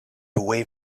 away